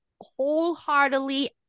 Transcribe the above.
wholeheartedly